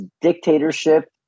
dictatorship